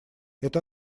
это